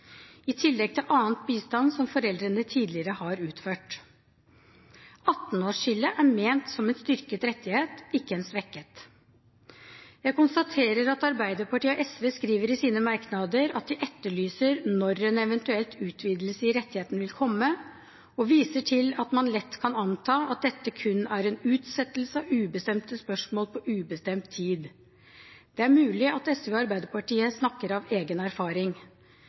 i tillegg til annen bistand som foreldrene tidligere har utført. 18-årsskillet er ment som en styrket rettighet, ikke en svekket. Jeg konstaterer at Arbeiderpartiet og SV i sine merknader skriver at de «etterlyser» når en eventuell utvidelse av rettigheten vil komme, og viser til at man lett kan «anta at dette kun er en utsettelse av ubestemte spørsmål på ubestemt tid». Det er mulig at SV og Arbeiderpartiet snakker av egen erfaring.